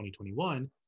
2021